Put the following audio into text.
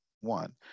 one